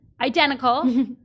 identical